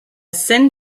scène